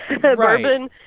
bourbon